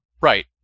Right